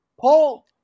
Paul